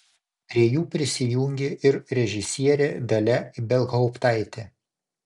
prie jų prisijungė ir režisierė dalia ibelhauptaitė